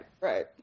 right